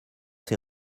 ses